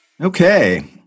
Okay